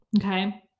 Okay